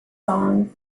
song